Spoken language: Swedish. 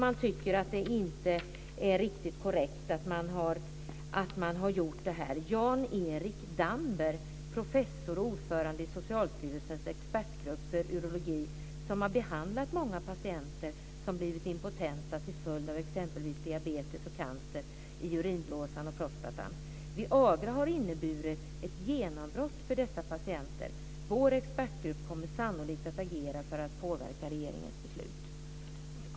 Han tycker att det inte är riktigt korrekt att man har gjort så här. Jan-Erik Damber, professor och ordförande i Socialstyrelsens expertgrupp för urologi, har behandlat många patienter som blivit impotenta till följd av exempelvis diabetes och cancer i urinblåsan och prostatan säger så här: "Viagra har inneburit ett genombrott för dessa patienter. Vår expertgrupp kommer sannolikt att agera för att påverka regeringens beslut."